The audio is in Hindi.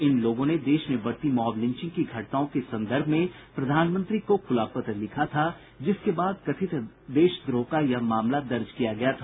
इन लोगों ने देश में बढ़ती मॉब लिंचिंग की घटनाओं के संदर्भ में प्रधानमंत्री को खुला पत्र लिखा था जिसके बाद कथित देशद्रोह का यह मामला दर्ज किया गया था